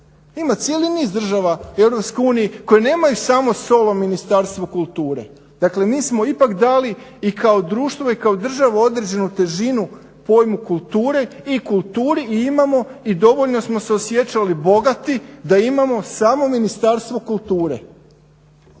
Ima cijeli niz država u EU koje nemaju samo solo Ministarstvo kulture. Dakle, mi smo ipak dali i kao društvo i kao država određenu težinu pojmu kulture i kulturi, i imamo i dovoljno smo se osjećali bogati da imamo samo Ministarstvo kulture.